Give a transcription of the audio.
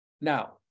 now